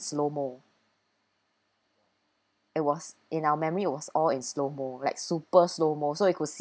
slow mo it was in our memory it was all in slow mo like super slow mo so you could see